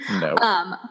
No